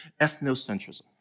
ethnocentrism